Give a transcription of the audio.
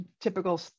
typical